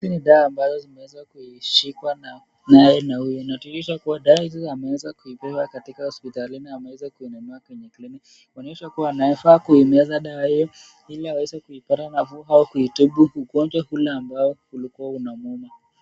Dawa ambazo zimeshikwa zinatuonyesha kuwa ameweza kupewa hospitalini ama amenunua kwenye kliniki kuonyesha kuwa anayefaa kuimeza ili aweze kupata nafuu au kuitibu ugonjwa ule ambao uliokua unamuuma.